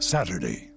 Saturday